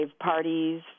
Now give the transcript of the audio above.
parties